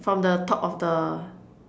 from the top of the